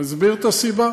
אסביר את הסיבה: